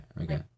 Okay